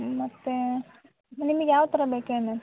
ಮತ್ತು ನಿಮಗೆ ಯಾವ ಥರ ಬೇಕೇನು